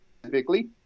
specifically